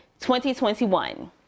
2021